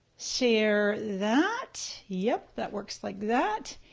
share that, yep, that works like that.